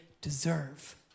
deserve